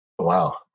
wow